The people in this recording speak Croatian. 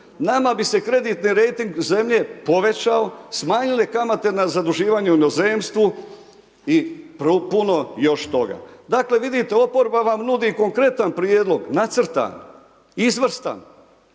nama bi se kreditni rejting zemlje povećao, smanjile kamate na zaduživanje u inozemstvu i puno još toga. Dakle vidite oporba vam nudi konkretan prijedlog, nacrtan, izvrstan